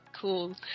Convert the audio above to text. cool